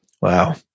Wow